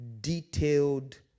detailed